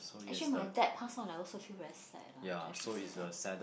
actually my dad passed on I also feel very sad lah just